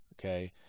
Okay